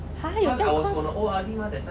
!huh! you break up